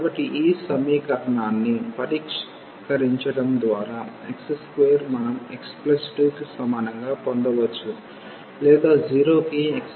కాబట్టి ఈ సమీకరణాన్ని పరిష్కరించడం ద్వారా x2 మనం x2 కి సమానంగా పొందవచ్చు లేదా 0 కి x2 x 2 సమానం